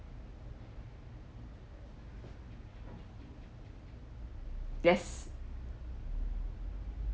yes